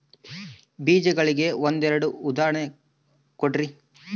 ಬೇಜಗಳಿಗೆ ಒಂದೆರಡು ಉದಾಹರಣೆ ಕೊಡ್ರಿ?